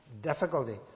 Difficulty